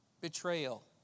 betrayal